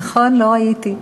נכון, לא ראיתי.